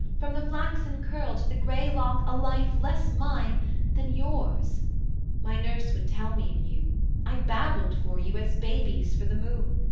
from the flaxen curl to the gray lock a life less mine than yours my nurse would tell me of you i babbled for you, as babies for the moon,